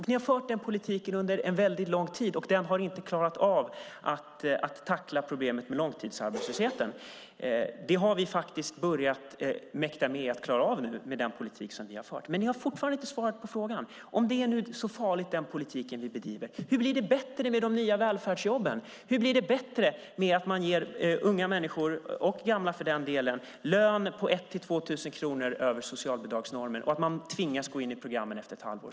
Ni har fört den politiken under en väldigt lång tid, och den har inte klarat av att tackla problemet med långtidsarbetslösheten. Det har vi faktiskt börjat klara av nu med den politik som vi har fört. Ni har dock fortfarande inte svarat på frågan. Om den politik vi bedriver nu är så farlig, hur blir det bättre med de nya välfärdsjobben, med att man ger unga människor - och gamla med, för den delen - en lön som ligger 1 0000-2 000 kronor över socialbidragsnormen - och med att man tvingar dem att gå in i programmen efter ett halvår?